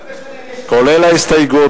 כהצעת הוועדה בקריאה שנייה, כולל ההסתייגות.